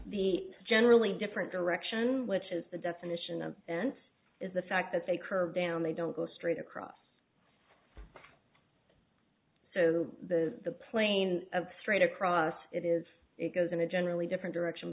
the generally different direction which is the definition and then is the fact that they curve down they don't go straight across so the plane of straight across it is it goes in a generally different direction